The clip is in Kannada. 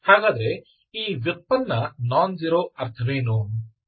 ಹಾಗಾದರೆ ಈ ವ್ಯುತ್ಪನ್ನ ನಾನ್ ಝೀರೋ ಅರ್ಥವೇನು